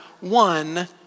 one